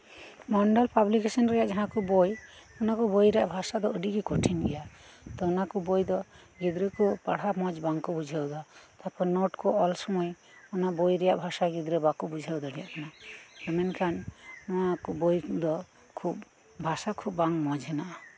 ᱢᱚᱱᱰᱚᱞ publication ᱨᱮᱭᱟᱜ ᱡᱟᱦᱟᱸᱠᱩ ᱵᱚᱭ ᱚᱱᱟᱠᱩ ᱵᱚᱭᱨᱮᱭᱟᱜ ᱵᱷᱟᱥᱟ ᱫᱚ ᱟᱹᱰᱤᱜᱤ ᱠᱚᱴᱷᱤᱱ ᱜᱮᱭᱟ ᱛᱚ ᱚᱱᱟᱠᱩ ᱵᱚᱭ ᱫᱚ ᱜᱤᱫᱽᱨᱟᱹᱠᱩᱯᱟᱲᱦᱟᱜ ᱢᱚᱪ ᱵᱟᱝᱠᱩ ᱵᱩᱡᱷᱟᱹᱣᱮᱫᱟ ᱛᱟᱯᱚᱨ ᱱᱚᱴᱠᱩ ᱚᱞ ᱥᱩᱢᱟᱹᱭ ᱚᱱᱟ ᱵᱚᱭᱨᱮᱭᱟᱜ ᱵᱷᱟᱥᱟ ᱜᱤᱫᱽᱨᱟᱹ ᱵᱟᱠᱩ ᱵᱩᱡᱷ ᱫᱟᱲᱤᱭᱟᱜ ᱠᱟᱱᱟ ᱢᱮᱱᱠᱷᱟᱱ ᱱᱚᱣᱟᱠᱩ ᱵᱚᱩ ᱠᱚᱫᱚ ᱵᱷᱟᱥᱟ ᱠᱷᱩᱵ ᱢᱚᱪ ᱦᱮᱱᱟᱜ ᱟ